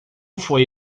foi